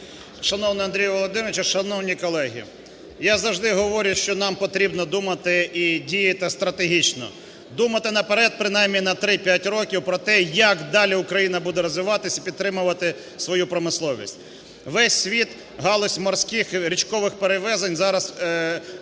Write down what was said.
Шановний Андрій Володимирович, шановні колеги! Я завжди говорю, що нам потрібно думати і діяти стратегічно. Думати наперед принаймні на 3-5 років про те, як далі Україна буде розвиватися і підтримувати свою промисловість. Весь світ, галузь морських і річкових перевезень зараз